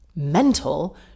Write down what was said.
Mental